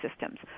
systems